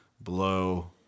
blow